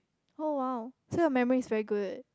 oh !wow! so your memory is very good